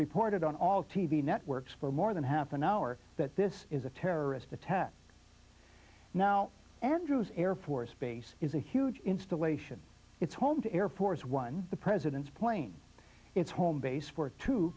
reported on all t v networks for more than half an hour that this is a terrorist attack now andrews air force base is a huge installation it's home to air force one the president's plane is home base for t